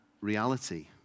reality